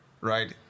Right